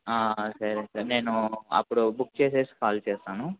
సరే సరే నేను అప్పుడు బుక్ చేసేసి కాల్ చేస్తాను